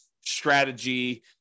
strategy